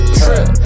trip